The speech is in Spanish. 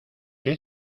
qué